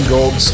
Gold